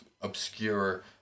obscure